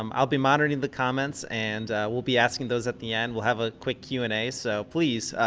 um i'll be monitoring the comments and we'll be asking those at the end. we'll have a quick q and a. so please,